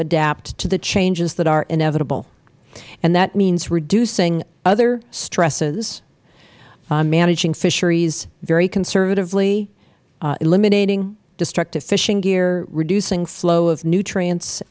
adapt to the changes that are inevitable that means reducing other stresses managing fisheries very conservatively eliminating destructive fishing gear reducing the flow of nutrients